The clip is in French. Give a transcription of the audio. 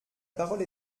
parole